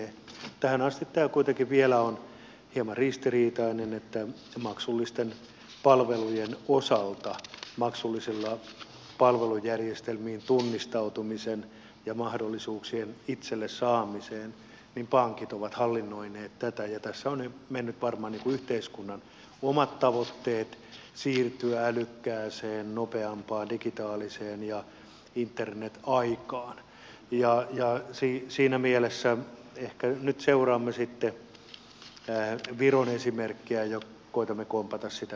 tähän asti tämä kuitenkin vielä on hieman ristiriitaista että maksullisten palveluiden osalta maksullisiin palvelujärjestelmiin tunnistautumista ja mahdollisuuksia palveluiden itselle saamiseen ovat pankit hallinnoineet ja tässä ovat nyt menneet varmaan yhteiskunnan omat tavoitteet siirtyä älykkääseen nopeampaan digitaaliseen ja internet aikaan ja siinä mielessä ehkä nyt seuraamme sitten viron esimerkkiä ja koetamme kompata sitä kautta